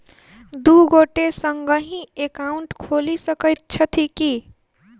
दु गोटे संगहि एकाउन्ट खोलि सकैत छथि की?